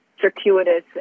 circuitous